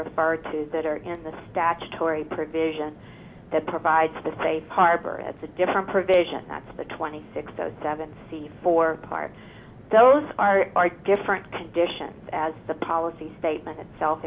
you refer to that are in the statutory provision that provides the safe harbor it's a different provision that's the twenty six zero seven c four part those are different conditions as the policy statement itself